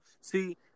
See